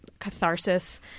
catharsis